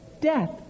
death